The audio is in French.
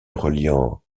reliant